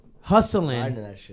hustling